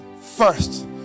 first